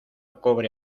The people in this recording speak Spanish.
cobre